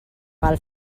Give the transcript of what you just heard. pel